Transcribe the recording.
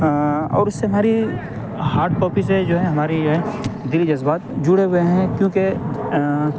اور اس سے ہماری ہارڈ کاپی سے جو ہے ہماری جو ہے دلی جذبات جڑے ہوئے ہیں کیونکہ